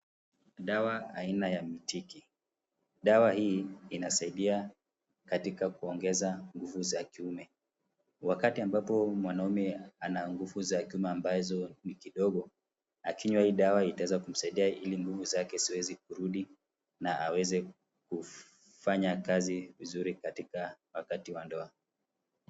Dawa aina ya Mtiki. Dawa hii inasaidia katika kuongeza nguvu za kiume. Wakati ambapo mwanaume ana nguvu za kiume ambazo ni kidogo, akinywa hii dawa itaweza kumsaidia ili nguvu zake ziweze kurudi na aweze kufanya kazi vizuri katika wakati wa ndoa.